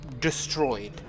destroyed